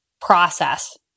process